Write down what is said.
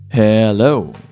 Hello